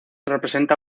representa